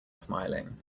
smiling